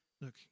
look